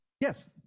yes